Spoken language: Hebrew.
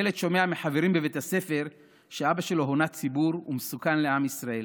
ילד שומע מחברים בבית הספר שאבא שלו הונה ציבור ומסוכן לעם ישראל.